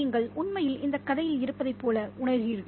நீங்கள் உண்மையில் இந்த கதையில் இருப்பதைப் போல உணர்கிறீர்கள்